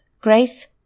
Grace